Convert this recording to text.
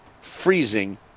freezing